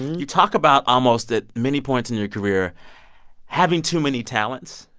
you talk about almost at many points in your career having too many talents.